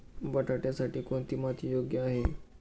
बटाट्यासाठी कोणती माती योग्य आहे?